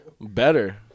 Better